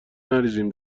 نریزیم